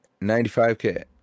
95K